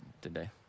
today